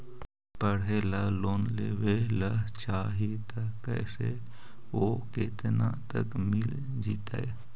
पढ़े ल लोन लेबे ल चाह ही त कैसे औ केतना तक मिल जितै?